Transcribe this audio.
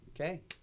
okay